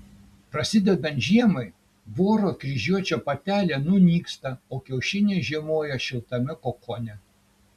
prasidedant žiemai voro kryžiuočio patelė nunyksta o kiaušiniai žiemoja šiltame kokone